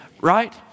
right